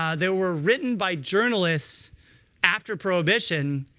um they were written by journalists after prohibition.